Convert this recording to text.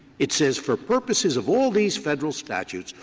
it says, for purposes of all these federal statutes,